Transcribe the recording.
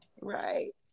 Right